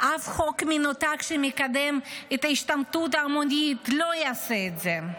אף חוק מנותק שמקדם את ההשתמטות ההמונית לא יעשה את זה,